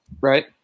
Right